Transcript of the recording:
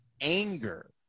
anger